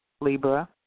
Libra